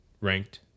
ranked